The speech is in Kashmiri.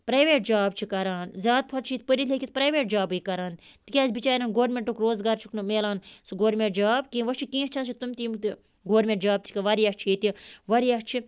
پرٛایویٹ جاب چھِ کَران زیادٕ چھِ ییٚتہِ پٔرِتھ لیٚکھِتھ پرٛایوٹ جابٕے کَران تِکیٛازِ بِچارٮ۪ن گورمٮ۪نٛٹُک روزگار چھُکھ نہٕ میلان سُہ گورمٮ۪نٛٹ جاب کیٚنٛہہ وَ چھِ کیٚںٛہہ چھِ تِم تہِ یِم تہٕ گورمٮ۪ںٛٹ جاب واریاہ چھِ ییٚتہِ واریاہ چھِ